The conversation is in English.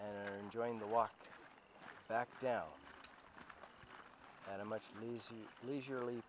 and joined the walk back down at a much looser leisurely